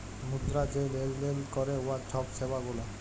মুদ্রা যে লেলদেল ক্যরে উয়ার ছব সেবা গুলা